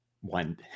one